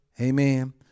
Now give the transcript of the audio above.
Amen